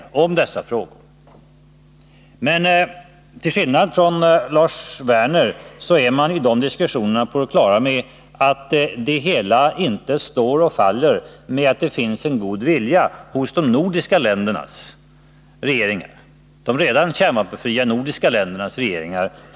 Men i de diskussionerna är man, till skillnad från Lars Werner, på det klara med att etablerandet av Norden som en kärnvapenfri zon inte står och faller med en god vilja hos de redan kärnvapenfria nordiska ländernas regeringar.